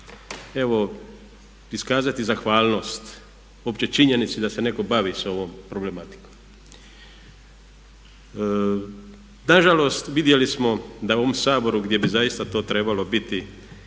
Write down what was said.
evo iskazati zahvalnost opće činjenice da se netko bavi s ovom problematikom. Nažalost vidjeli smo da u ovom Saboru gdje bi zaista to trebalo biti